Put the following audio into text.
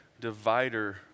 Divider